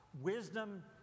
Wisdom